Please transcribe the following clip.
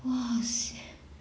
!wah!